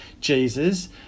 Jesus